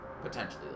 Potentially